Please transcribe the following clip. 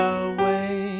away